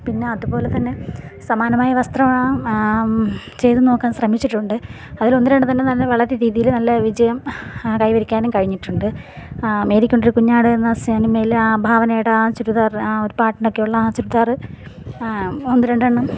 പിന്നെ അതുപോലെ തന്നെ സമാനമായ വസ്ത്രം ചെയ്ത് നോക്കാൻ ശ്രമിച്ചിട്ടുണ്ട് അതിലൊന്ന് രണ്ടെണ്ണം തന്നെ വളരെ രീതിയിൽ നല്ല വിജയം കൈവരിക്കാനും കഴിഞ്ഞിട്ടുണ്ട് മേരിക്കൊരു കുഞ്ഞാട് എന്ന സിനിമയിലെ ആ ഭാവനയുടെ ആ ചുരിദാറ് ആ ഒരു പാട്ടിലൊക്കെയുള്ള ആ ചുരിദാർ ഒന്ന് രണ്ടെണ്ണം